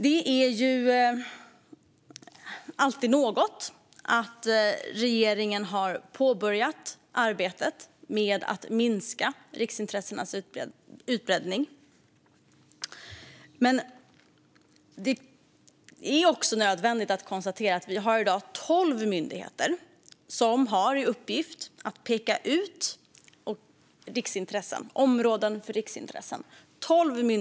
Det är alltid något att regeringen har påbörjat arbetet med att minska riksintressenas utbredning, men det är nödvändigt att konstatera att vi i dag har tolv myndigheter som har i uppgift att peka ut områden för riksintressen.